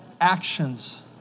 actions